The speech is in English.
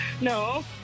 No